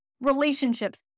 relationships